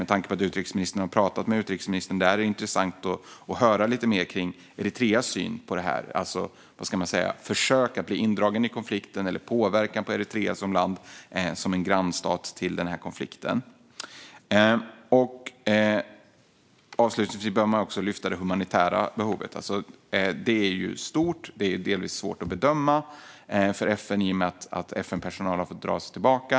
Med tanke på att utrikesministern har talat med deras utrikesminister vore det intressant att få höra lite mer om Eritreas syn på detta, det vill säga försöken att dra in landet i konflikten eller påverkan på Eritrea som land och som grannstat till konflikten. Avslutningsvis behöver man även lyfta upp det humanitära behovet. Det är stort och delvis svårt att bedöma för FN då FN-personal har fått dra sig tillbaka.